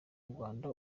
rwanda